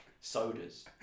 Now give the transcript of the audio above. sodas